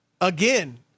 again